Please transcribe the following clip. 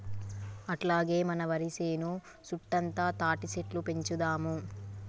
అట్లాగే మన వరి సేను సుట్టుతా తాటిసెట్లు పెంచుదాము